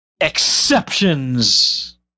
exceptions